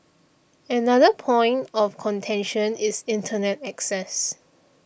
another point of contention is Internet access